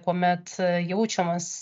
kuomet jaučiamas